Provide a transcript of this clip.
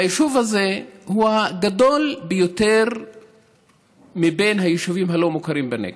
היישוב הזה הוא היישוב הגדול מבין היישובים הלא-מוכרים בנגב,